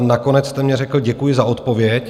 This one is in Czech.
Nakonec jste mně řekl: Děkuji za odpověď.